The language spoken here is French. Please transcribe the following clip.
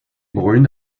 brune